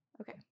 Okay